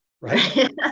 right